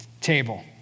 table